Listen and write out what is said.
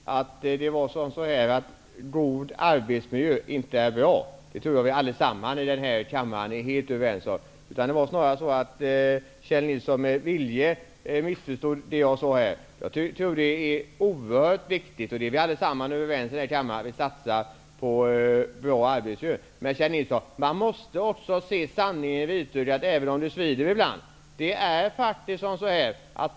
Fru talman! Jag sade inte, Kjell Nilsson, att god arbetsmiljö inte är bra. Jag tror att alla här i kammaren är helt överens om betydelsen av en god arbetsmiljö. Jag tror att Kjell Nilsson avsiktligt missförstod det som jag sade. Vi är alla här i kammaren överens om att det är oerhört viktigt att satsa på en bra arbetsmiljö. Men, Kjell Nilsson, man måste se sanningen i vitögat, även om det svider ibland.